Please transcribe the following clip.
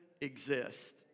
exist